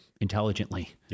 intelligently